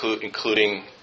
including